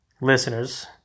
listeners